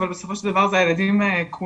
אבל בסופו של דבר זה הילדים כולם.